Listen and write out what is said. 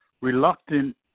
reluctant –